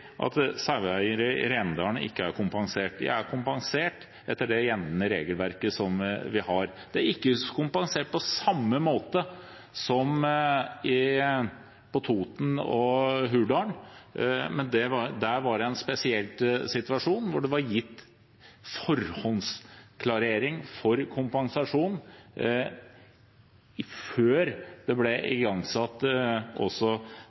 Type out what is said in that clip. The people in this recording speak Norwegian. at saueeiere i Rendalen ikke er kompensert. De er kompensert etter det gjeldende regelverket som vi har. De er ikke kompensert på samme måte som på Toten og i Hurdalen, men der var det en spesiell situasjon hvor det var gitt forhåndsklarering for kompensasjon, før det ble